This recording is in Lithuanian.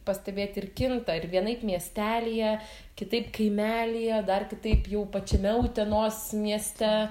pastebėti ir kinta ir vienaip miestelyje kitaip kaimelyje dar kitaip jau pačiame utenos mieste